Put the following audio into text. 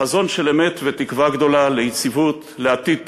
חזון של אמת ותקווה גדולה ליציבות, לעתיד טוב,